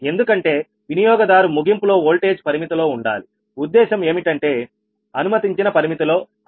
ఎందుకంటే వినియోగదారు ముగింపులో వోల్టేజ్ పరిమితిలో ఉండాలిఉద్దేశం ఏమిటంటే అనుమతించిన పరిమితిలో అని